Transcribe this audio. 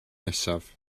nesaf